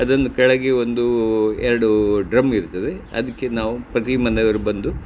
ಅದನ್ನು ಕೆಳಗೆ ಒಂದು ಎರಡು ಡ್ರಮ್ ಇರ್ತದೆ ಅದಕ್ಕೆ ನಾವು ಪ್ರತಿ ಮನೆಯವರು ಬಂದು